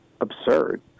absurd